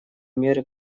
меры